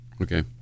Okay